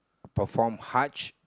perform Hajj